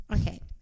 okay